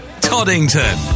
Toddington